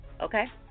okay